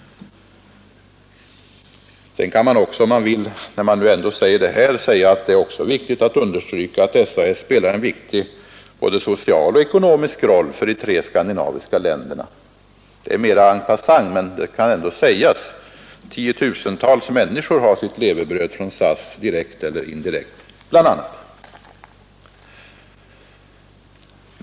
Sedan kan man om man vill, när vi nu är inne på den här saken, understryka att SAS spelar en viktig både social och ekonomisk roll för de tre skandinaviska länderna. En passant så kan det ändå sägas att tiotusentals människor har sitt levebröd från SAS, direkt eller indirekt.